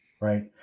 right